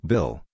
Bill